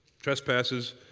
Trespasses